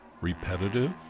repetitive